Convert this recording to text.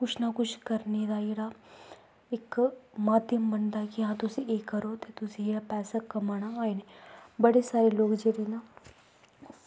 कुछ ना कुछ करने दा जेह्ड़ा इक माध्यम बनदा कि हां तुस एह् करो ते तुसें इ'यां पैसा कमाना बड़े सारे लोक जेह्ड़े न